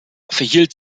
verhielt